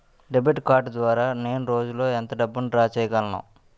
Debit card ద్వారా నేను రోజు లో ఎంత డబ్బును డ్రా చేయగలను?